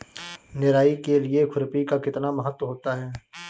निराई के लिए खुरपी का कितना महत्व होता है?